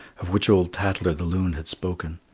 of which old tatler the loon had spoken.